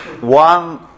one